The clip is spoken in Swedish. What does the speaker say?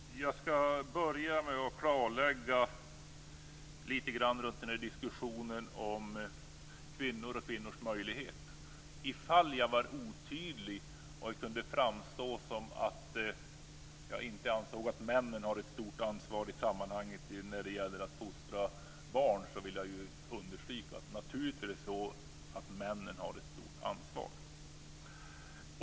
Fru talman! Jag skall börja med att klarlägga en del i frågan om kvinnor och kvinnors möjlighet, om jag var otydlig och det kunde framstå som att jag inte anser att männen har ett stort ansvar i sammanhanget när det gäller att fostra barn. Jag vill understryka att männen naturligtvis har ett stort ansvar.